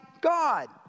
God